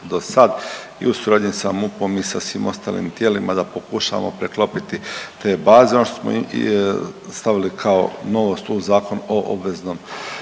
do sad i u suradnji sa MUP-om i sa svim ostalim tijelima, da pokušamo preklopiti te baze. Ono što smo stavili kao novost u Zakon o obveznom